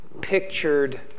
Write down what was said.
pictured